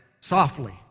softly